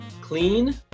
Clean